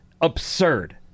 absurd